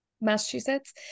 Massachusetts